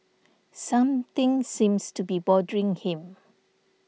something seems to be bothering him